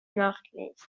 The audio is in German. nachtlicht